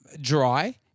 dry